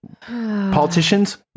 Politicians